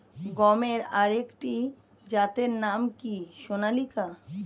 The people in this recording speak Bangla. গমের আরেকটি জাতের নাম কি সোনালিকা?